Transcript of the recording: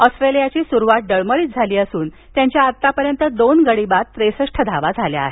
ऑस्ट्रेलियाची सुरुवात डळमळीत झाली असून त्यांच्या आतापर्यंत गडी बाद धावा झाल्या आहेत